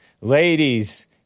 Ladies